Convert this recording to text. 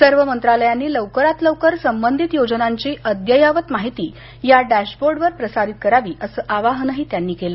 सर्व मंत्रालयांनी लवकरात लवकर संबधित योजनांची अद्ययावत माहिती या डॅशबोर्डवर प्रसारित करावी अस आवाहनही त्यांनी केल